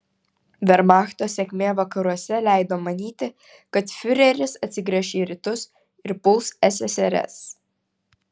vermachto sėkmė vakaruose leido manyti kad fiureris atsigręš į rytus ir puls ssrs